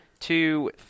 two